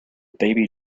baby